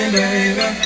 baby